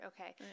okay